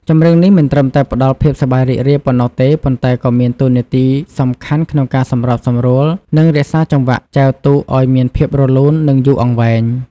ចម្រៀងនេះមិនត្រឹមតែផ្តល់ភាពសប្បាយរីករាយប៉ុណ្ណោះទេ ប៉ុន្តែក៏មានតួនាទីសំខាន់ក្នុងការសម្របសម្រួល និងរក្សាចង្វាក់ចែវទូកឲ្យមានភាពរលូន និងយូរអង្វែង។